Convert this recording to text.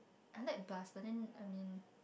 I like bus but then I mean